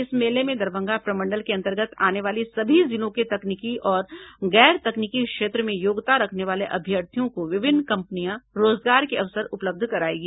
इस मेले में दरभंगा प्रमंडल के अंतर्गत आने वाले सभी जिलों के तकनीकी और गैर तकनीकी क्षेत्र में योग्यता रखने वाले अभ्यर्थियों को विभिन्न कंपनियाँ रोजगार के अवसर उपलब्ध करायेंगी